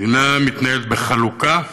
מדינה מתנהלת בחלוקה ובאוניברסליות.